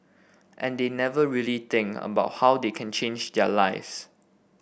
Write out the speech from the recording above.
and they never really think about how they can change their lives